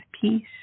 peace